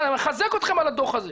אני מחזק אתכם על הדוח הזה.